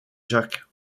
jack